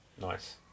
Nice